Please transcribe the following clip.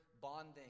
bonding